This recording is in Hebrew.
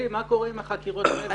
מה קורה עם החקירות מעבר לקו הירוק?